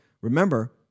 remember